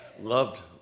loved